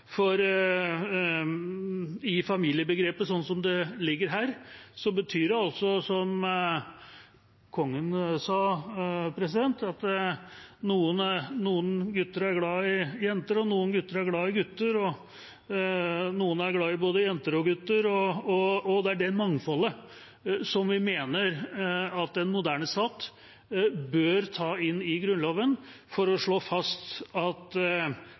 her, som Kongen sa, at noen gutter er glad i jenter, noen gutter er glad i gutter, og noen er glad i både jenter og gutter. Det er det mangfoldet vi mener at en moderne stat bør ta inn i Grunnloven for å slå fast at